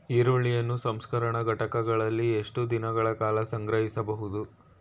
ಈರುಳ್ಳಿಯನ್ನು ಸಂಸ್ಕರಣಾ ಘಟಕಗಳಲ್ಲಿ ಎಷ್ಟು ದಿನಗಳ ಕಾಲ ಸಂಗ್ರಹಿಸಬಹುದು?